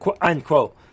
unquote